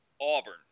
Auburn